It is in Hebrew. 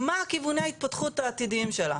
מה כיווני ההתפתחות העתידיים שלה.